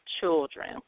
children